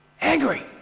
angry